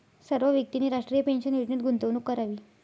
सर्व व्यक्तींनी राष्ट्रीय पेन्शन योजनेत गुंतवणूक करावी